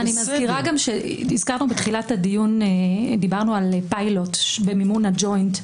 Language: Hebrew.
אני מזכירה שדיברנו בתחילת הדיון על פילוט במימון הג'וינט.